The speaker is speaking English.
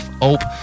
Hope